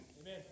Amen